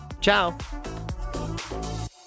Ciao